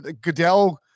Goodell